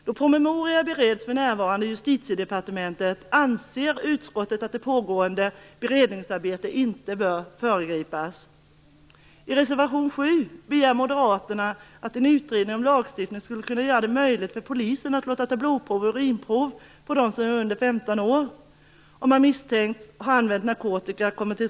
Då en promemoria för närvarande bereds i Justitiedepartementet anser utskottet att det pågående beredningsarbetet inte bör föregripas. I reservation 7 begär Moderaterna att en utredning kommer till stånd som skulle göra det möjligt för polisen att låta ta blodprov och urinprov på den som är under 15 år om han misstänks ha använt narkotika.